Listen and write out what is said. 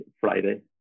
Friday